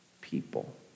people